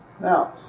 Now